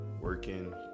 working